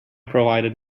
provided